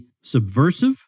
subversive